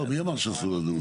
לא, מי אמר שאסור לדון?